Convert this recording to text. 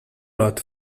rot